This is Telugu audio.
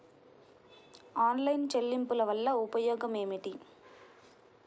ఆన్లైన్ చెల్లింపుల వల్ల ఉపయోగమేమిటీ?